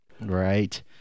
Right